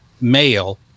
male